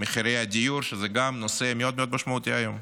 מחירי הדיור, שגם זה נושא מאוד מאוד משמעותי היום.